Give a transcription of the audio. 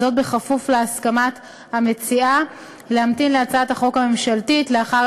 וזאת בכפוף להסכמת המציעה להמתין להצעת החוק הממשלתית לאחר